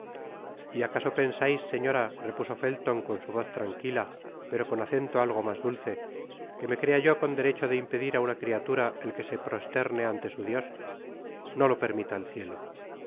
y acaso pensais señora repuso felton con su voz tranquila pero con acento algo mas dulce que me crea yo con derecho de impedir á una criatura el que se prosterne ante su dios no lo permita el cielo